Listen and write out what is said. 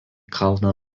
kalną